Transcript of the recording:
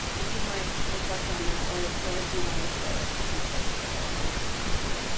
if you might reflect on that or or if you want to throw it to vijay to play, that's fine too.